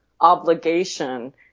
obligation